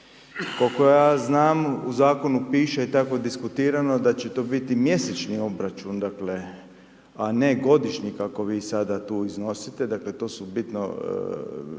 kolko ja znam u zakonu piše i tako diskutirano da će to biti mjesečni obračun dakle, a ne godišnji kako vi sada tu iznosite. Dakle to su bitne